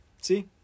See